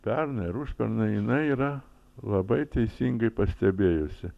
pernai ar užpernai jinai yra labai teisingai pastebėjusi